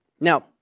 Now